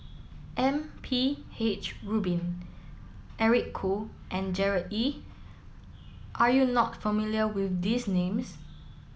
M P H Rubin Eric Khoo and Gerard Ee are you not familiar with these names